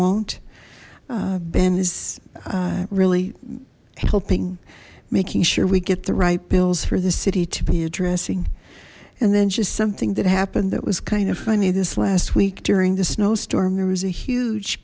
won't ben is really helping making sure we get the right bills for the city to be addressing and then just something that happened that was kind of funny this last week during the snowstorm there was a huge